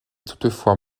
toutefois